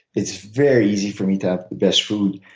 it's very easy for me to have the best food.